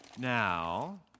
Now